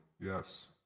Yes